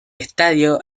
estadio